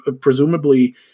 presumably